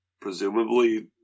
presumably